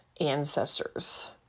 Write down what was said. ancestors